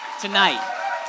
tonight